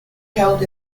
held